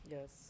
Yes